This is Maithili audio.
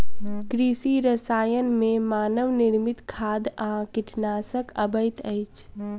कृषि रसायन मे मानव निर्मित खाद आ कीटनाशक अबैत अछि